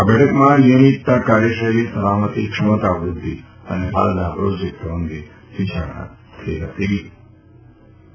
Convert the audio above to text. આ બેઠકમાં નીયમિતતા કાર્યશૈલી સલામતી ક્ષમતા વૃદ્ધિ અને હાલના પ્રોજેક્ટ અંગે વિચારણા થઈ હતી